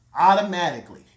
automatically